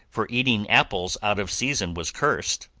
for eating apples out of season, was cursed.